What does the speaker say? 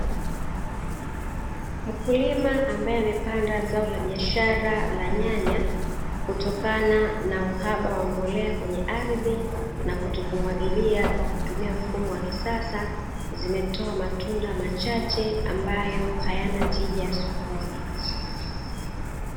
Mkulima ambae amepanda zao la biashara la nyanya, kutokana na uhaba wa mbolea kwenye ardhi na kutokumwagilia kutumia mfumo wa kisasa, zimetoa matunda machache ambayo hayana tija sokoni.